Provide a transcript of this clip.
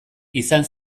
izan